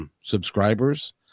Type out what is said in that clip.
subscribers